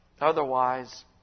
Otherwise